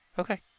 Okay